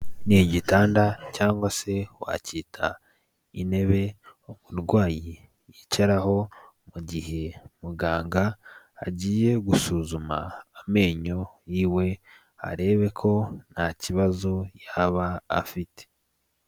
Ni igitanda cyangwa se wacyita intebe umurwayi yicaraho mu gihe muganga agiye gusuzuma amenyo yiwe arebeko nta kibazo yaba afite.